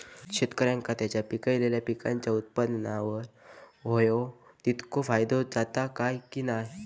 शेतकऱ्यांका त्यांचा पिकयलेल्या पीकांच्या उत्पन्नार होयो तितको फायदो जाता काय की नाय?